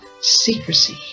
secrecy